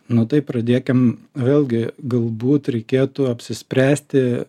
nu tai pradėkim vėlgi galbūt reikėtų apsispręsti